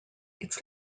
its